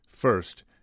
First